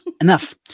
Enough